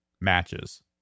matches